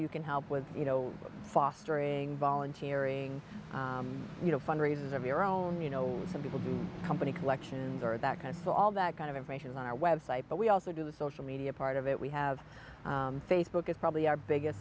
you can help with you know fostering volunteering you know fundraisers of your own you know some people do company collections or that kind of all that kind of information on our website but we also do the social media part of it we have facebook is probably our biggest